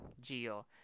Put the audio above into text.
geo